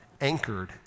anchored